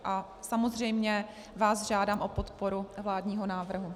A samozřejmě vás žádám o podporu vládního návrhu.